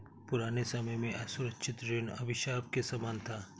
पुराने समय में असुरक्षित ऋण अभिशाप के समान था